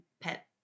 pet